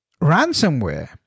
ransomware